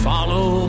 Follow